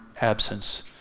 absence